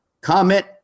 comment